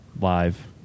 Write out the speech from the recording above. Live